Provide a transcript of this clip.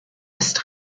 ist